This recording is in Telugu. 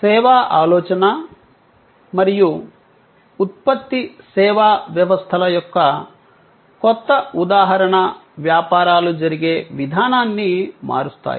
సేవా ఆలోచన మరియు ఉత్పత్తి సేవా వ్యవస్థల యొక్క కొత్త ఉదాహరణ వ్యాపారాలు జరిగే విధానాన్ని మారుస్తాయి